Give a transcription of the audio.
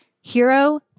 Hero